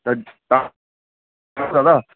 तव्हां जाम दादा